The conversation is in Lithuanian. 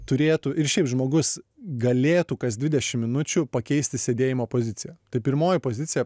turėtų ir šiaip žmogus galėtų kas dvidešim minučių pakeisti sėdėjimo poziciją tai pirmoji pozicija